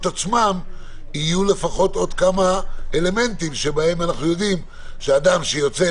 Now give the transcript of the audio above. עצמן יהיו לפחות עוד כמה אלמנטים לפיהם אנחנו יודעים שאדם שיוצא,